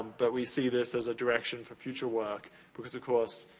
but, we see this as a direction for future work because of course,